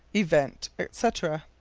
event, etc.